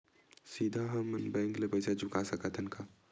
सीधा हम मन बैंक ले पईसा चुका सकत हन का?